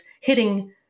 hitting